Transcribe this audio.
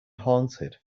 haunted